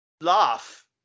laugh